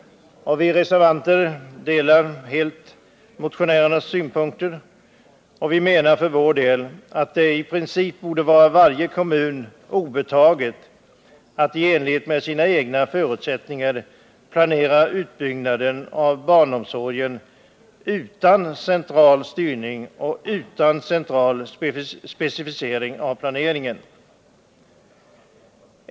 Vi reservanter delar helt motionärernas synpunkter, och vi menar att det i princip borde vara varje kommun obetaget att i enlighet med sina egna förutsättningar planera utbyggnaden av barnomsorgen utan central styrning och utan central specificering av planeringen.